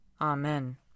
Amen